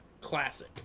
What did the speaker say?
classic